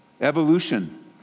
Evolution